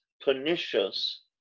pernicious